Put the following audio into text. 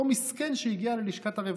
אותו מסכן שהגיע ללשכת הרווחה.